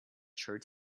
shirt